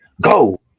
go